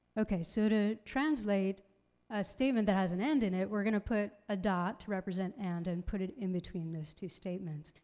okay, so to translate a statement that has an and in it, we're gonna put a dot to represent and and put it in between those two statements.